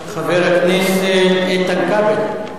חבר הכנסת איתן כבל.